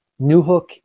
Newhook